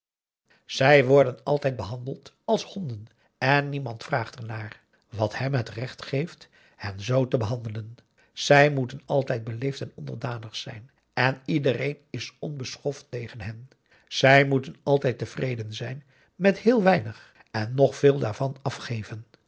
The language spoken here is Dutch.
zij worden altijd behandeld als honden en niemand vraagt ernaar wat hem het recht geeft hen zoo te behandelen zij moeten altijd beleefd en onderdanig zijn en iedereen is onbeschoft tegen hen zij moeten altijd tevreden zijn met heel weinig en nog veel daarvan afgeven